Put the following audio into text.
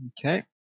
okay